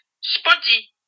Spotty